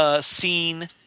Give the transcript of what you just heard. scene